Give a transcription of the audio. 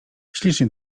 ślicznie